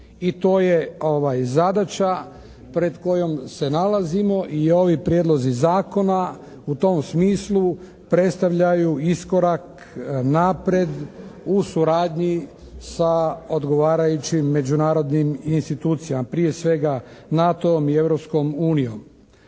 I to je zadaća pred kojom se nalazimo i ovi prijedlozi zakona u tom smislu predstavljaju iskorak naprijed u suradnji sa odgovarajućim međunarodnim institucijama, prije svega NATO-om i